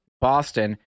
boston